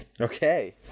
Okay